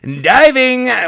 Diving